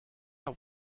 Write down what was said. are